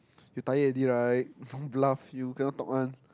you tired already right bluff you cannot talk one